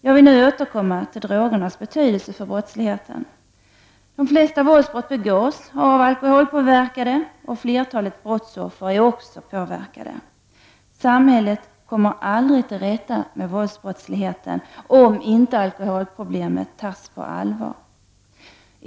Jag vill nu återkomma till drogernas betydelse för brottsligheten. De flesta våldsbrott begås av alkoholpåverkade, och flertalet brottsoffer är också påverkade. Samhället kommer aldrig till rätta med våldsbrottsligheten, om inte alkoholproblemet tas på allvar.